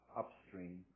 upstream